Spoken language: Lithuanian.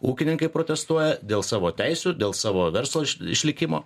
ūkininkai protestuoja dėl savo teisių dėl savo verslo išlikimo